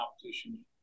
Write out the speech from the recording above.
competition